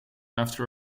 after